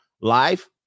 life